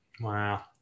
Wow